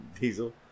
Diesel